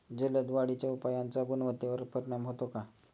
जलद वाढीच्या उपायाचा गुणवत्तेवर परिणाम होतो का?